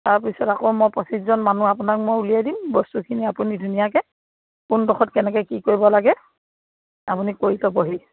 তাৰপিছত আকৌ মই পঁচিছজন মানুহ আপোনাক মই উলিয়াই দিম বস্তুখিনি আপুনি ধুনীয়াকে কোনডখৰত কেনেকে কি কৰিব লাগে আপুনি কৰি লবহি